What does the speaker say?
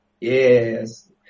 Yes